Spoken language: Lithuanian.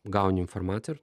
gauni informaciją ir